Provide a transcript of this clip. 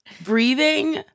breathing